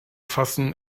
fassen